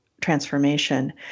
transformation